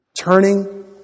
Turning